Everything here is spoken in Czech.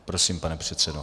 Prosím, pane předsedo.